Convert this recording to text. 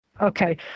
Okay